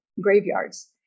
graveyards